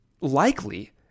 likely